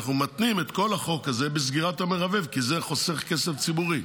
אנחנו מתנים את כל החוק הזה בסגירת המרבב כי זה חוסך כסף ציבורי.